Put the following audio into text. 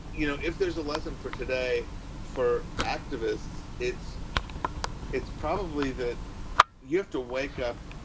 you know, if there's a lesson for today for activists, it's it's probably that you have to wake up.